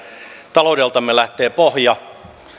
taloudeltamme lähtee pohja ja